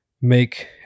make